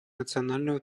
национального